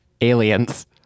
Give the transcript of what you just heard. aliens